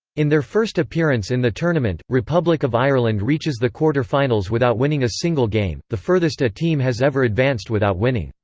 in their first appearance in the tournament, republic of ireland reaches the quarter-finals without winning a single game, the furthest a team has ever advanced without winning.